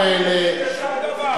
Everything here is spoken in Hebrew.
רק נזק גרמתם.